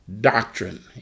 doctrine